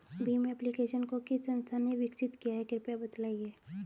Bhim application को किस संस्था ने विकसित किया है कृपया बताइए?